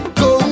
go